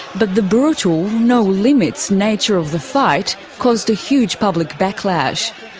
but the brutal, no-limits nature of the fight caused a huge public backlash.